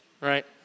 right